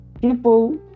people